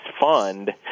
fund